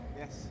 Yes